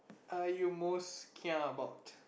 are you most scared about